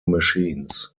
machines